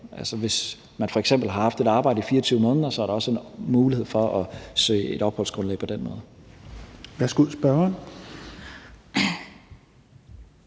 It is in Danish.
Hvis man f.eks. har haft et arbejde i 24 måneder, er der også en mulighed for at søge et opholdsgrundlag på den måde.